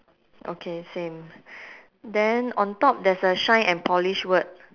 okay same then on top there's a shine and polish word